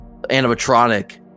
animatronic